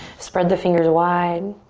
spread the fingers wide.